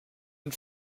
and